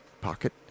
pocket